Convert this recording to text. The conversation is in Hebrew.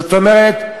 זאת אומרת,